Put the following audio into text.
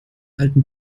alten